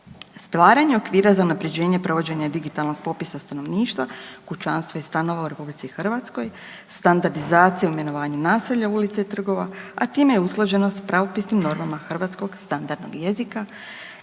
Stvaranje okvira za unaprjeđenje i provođenje digitalnog popisa stanovništva, kućanstva i stanova u RH standardizacijom i imenovanjem naselja, ulica i trgova, a time i usklađenost s pravopisnim normama hrvatskog standardnog jezika,